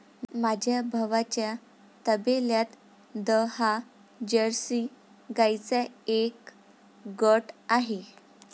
माझ्या भावाच्या तबेल्यात दहा जर्सी गाईंचा एक गट आहे